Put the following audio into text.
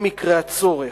במקרה הצורך,